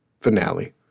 finale